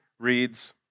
reads